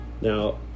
Now